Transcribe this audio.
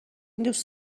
دوست